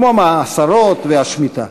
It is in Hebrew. כמו המעשרות והשמיטה.